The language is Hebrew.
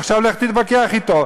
עכשיו לך תתווכח אתו.